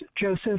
Joseph